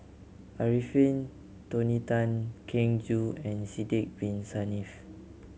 Arifin Tony Tan Keng Joo and Sidek Bin Saniff